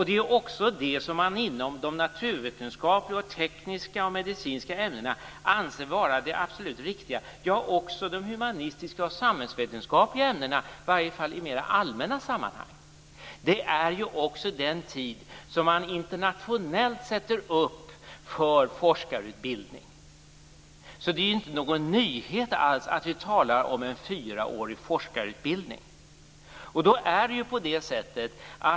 Det är också det som man inom de naturvetenskapliga, tekniska och medicinska ämnena anser vara det absolut riktiga. Det gäller för övrigt också de humanistiska och samhällsvetenskapliga ämnena, i varje fall i mer allmänna sammanhang. Fyra år är den tid som man också internationellt sätter upp för forskarutbildning. Det är således alls ingen nyhet att vi talar om en fyraårig forskarutbildning.